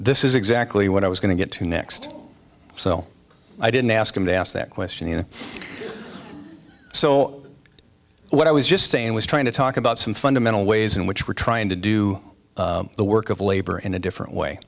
this is exactly what i was going to get to next so i didn't ask him to ask that question in so what i was just saying was trying to talk about some fundamental ways in which we're trying to do the work of labor in a different way